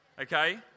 okay